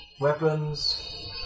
weapons